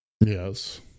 Yes